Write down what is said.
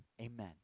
amen